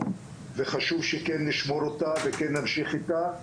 וחשוב שכן נשמור אותה וכן נמשיך איתה.